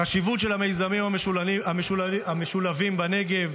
החשיבות של המיזמים המשולבים בנגב: